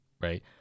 right